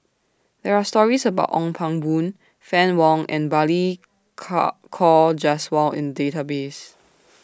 There Are stories about Ong Pang Boon Fann Wong and Balli Car Kaur Jaswal in Database